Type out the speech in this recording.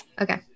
Okay